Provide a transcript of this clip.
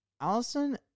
Allison